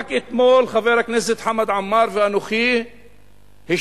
ורק אתמול חבר הכנסת חמד עמאר ואנוכי השתתפנו,